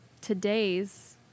today's